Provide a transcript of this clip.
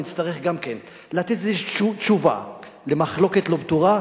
נצטרך גם כן לתת איזושהי תשובה למחלוקת לא פתורה: